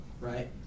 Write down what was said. right